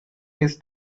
his